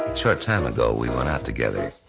short time ago, we went out together